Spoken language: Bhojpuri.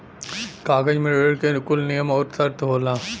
कागज मे ऋण के कुल नियम आउर सर्त होला